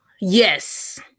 Yes